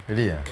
really ah